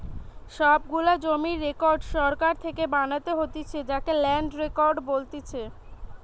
সব গুলা জমির রেকর্ড সরকার থেকে বানাতে হতিছে যাকে ল্যান্ড রেকর্ড বলতিছে